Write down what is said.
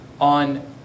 on